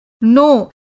No